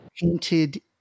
painted